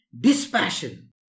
dispassion